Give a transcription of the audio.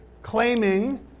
claiming